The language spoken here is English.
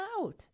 out